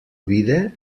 vida